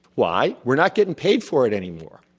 why? we are not getting paid for it anymore.